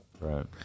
Right